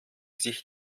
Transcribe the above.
sich